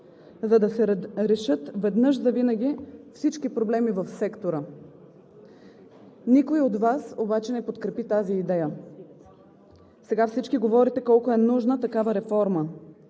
за да се решат веднъж завинаги всички проблеми в сектора. Никой от Вас обаче не подкрепи тази идея. Сега всички говорите колко е нужна такава реформа,